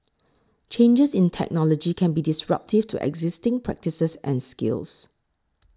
changes in technology can be disruptive to existing practices and skills